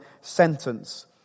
sentence